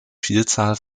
vielzahl